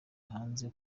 hanze